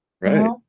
Right